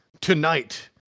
TONIGHT